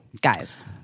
guys